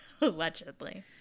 allegedly